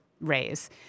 raise